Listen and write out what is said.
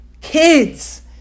kids